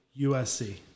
USC